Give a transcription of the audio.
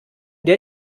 der